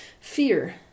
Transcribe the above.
Fear